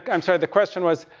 i'm sorry the question was,